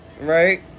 right